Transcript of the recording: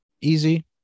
Easy